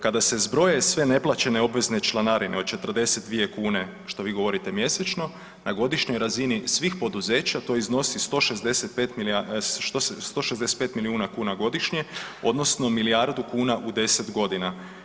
Kada se zbroje sve neplaćene obvezne članarine od 42 kune što vi govorite mjesečno, na godišnjoj razini svih poduzeća to iznosi 165 milijuna kuna godišnje odnosno milijardu kuna u 10 godina.